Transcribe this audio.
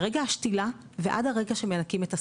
מרגע השתילה ועד הרגע שמנקים את השדות.